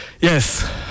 yes